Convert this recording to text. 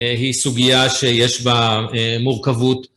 היא סוגיה שיש בה מורכבות.